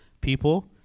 people